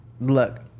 Look